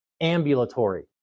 ambulatory